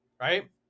right